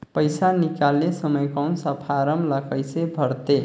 पइसा निकाले समय कौन सा फारम ला कइसे भरते?